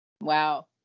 Wow